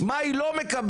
מה היא לא מקבלת?